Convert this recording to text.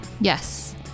Yes